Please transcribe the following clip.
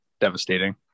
devastating